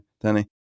Danny